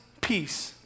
Peace